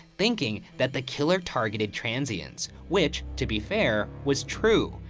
thinking that the killer targeted transients. which, to be fair, was true.